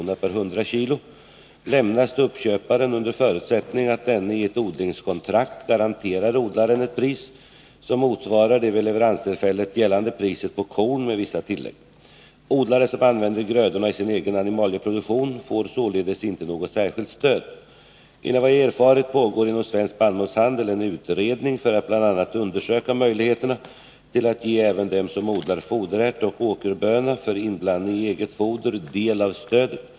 per 100 kg, lämnas till uppköparen under förutsättning att denne i ett odlingskontrakt garanterar odlaren ett pris som motsvarar det vid leveranstillfället gällande priset på korn med vissa tillägg. Odlare som använder grödorna i sin egen animalieproduktion får således inte något särskilt stöd. Enligt vad jag har erfarit pågår inom Svensk spannmålshandel en utredning för att bl.a. undersöka möjligheterna till att ge även dem som odlar foderärt och åkerböna för inblandning i eget foder del av stödet.